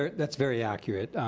fair. that's very accurate.